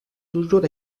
toujours